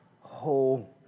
whole